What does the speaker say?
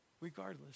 regardless